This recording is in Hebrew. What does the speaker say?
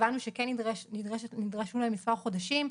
הבנו שכן יידרשו להם מספר חודשים.